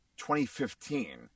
2015